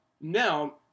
Now